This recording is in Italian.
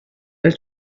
del